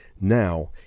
Now